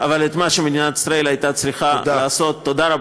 מישהו ראה